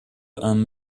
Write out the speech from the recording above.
and